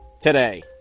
today